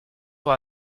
pour